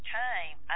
time